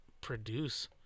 produce